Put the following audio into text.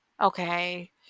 okay